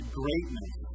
greatness